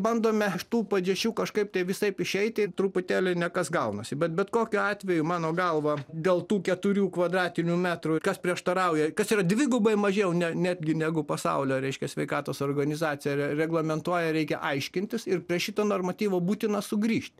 bandome iš tų padėčių kažkaip visaip išeiti truputėlį ne kas gaunasi bet bet kokiu atveju mano galva dėl tų keturių kvadratinių metrų kas prieštarauja kas yra dvigubai mažiau ne netgi negu pasaulio reiškias sveikatos organizacija re reglamentuoja reikia aiškintis ir prie šito normatyvo būtina sugrįžt